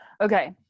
Okay